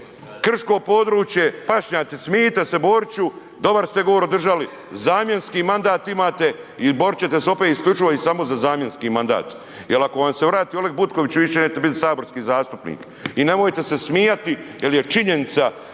Krško područje, pašnjaci, smijte se Boriću, dobar ste govor održali, zamjenski mandat imate i boriti ćete se opet isključivo i samo za zamjenski mandat jer ako vam se vrati Oleg Butković više nećete biti saborski zastupnik. I nemojte se smijati jer je činjenica